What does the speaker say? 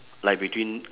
like between